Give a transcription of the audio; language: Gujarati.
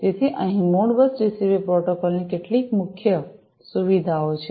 તેથી અહીં મોડબસ ટીસીપી પ્રોટોકોલ ની કેટલીક મુખ્ય સુવિધાઓ છે